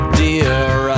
dear